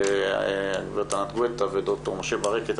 גברת ענת גואטה וד"ר משה ברקת.